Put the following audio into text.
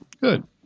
Good